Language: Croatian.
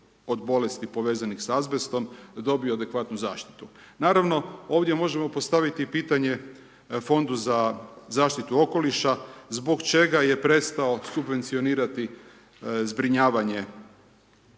od bolesti povezanih s azbestom dobio adekvatnu zaštitu. Naravno, ovdje možemo postaviti pitanje Fondu za zaštitu okoliša, zbog čega je prestao subvencionirati zbrinjavanje